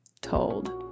told